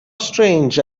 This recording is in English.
strange